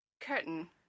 Curtain